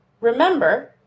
Remember